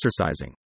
exercising